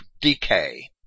decay